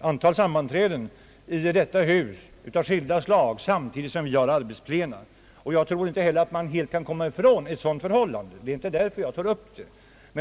antal sammanträden av skilda slag i detta hus samtidigt med att vi har arbetsplena. Jag tror inte heller att man kan komma ifrån ett sådant förhållande. Det är inte därför som jag har tagit upp denna fråga.